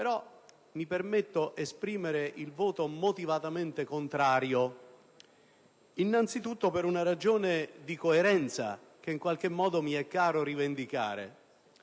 però mi permetto di annunciare su di esso un voto motivatamente contrario, innanzi tutto per una ragione di coerenza, che in qualche modo mi è caro rivendicare.